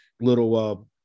little